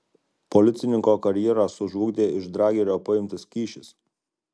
policininko karjerą sužlugdė iš dragerio paimtas kyšis